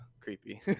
creepy